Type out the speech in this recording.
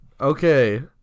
Okay